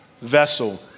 vessel